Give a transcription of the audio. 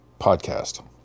Podcast